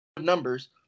numbers